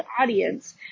audience